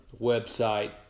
website